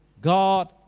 God